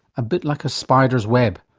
a bit like a spider's web.